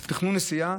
תכנון נסיעה,